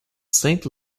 saint